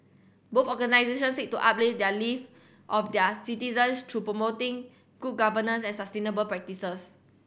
both organisation seek to uplift their live of their citizens through promoting good governance and sustainable practices